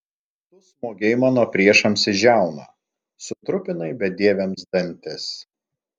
tu smogei mano priešams į žiauną sutrupinai bedieviams dantis